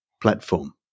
platform